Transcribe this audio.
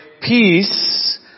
peace